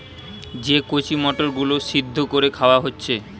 যে কচি মটর গুলো সিদ্ধ কোরে খাওয়া হচ্ছে